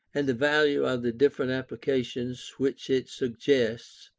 and the value of the different applications which it suggests,